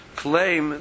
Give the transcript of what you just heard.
claim